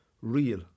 real